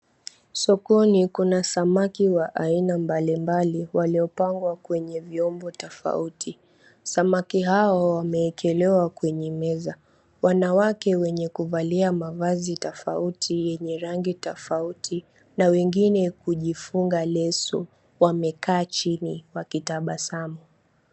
Sokoni kuna samaki wa aina mbalimbali waliopangwa kwenye vyombo tafauti, samaki hao wameekelewa kwenye meza. Wanawake wenye kuvalia mavazi tafauti yenye rangi tafauti na wengine kujifunga leso wamekaa chini wakitabasamu.